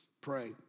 pray